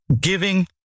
giving